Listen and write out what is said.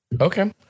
Okay